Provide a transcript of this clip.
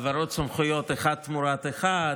העברת סמכויות אחת תמורת אחת,